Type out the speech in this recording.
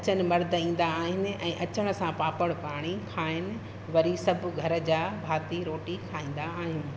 अचनि मर्द ईंदा आहिनि ऐं अचनि सां पापड़ पाणी खाइन वरी सभु घर जा भाति रोटी खाईंदा आहियूं